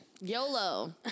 YOLO